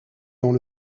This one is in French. dans